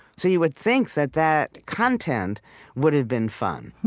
so you would think that that content would have been fun.